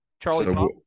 Charlie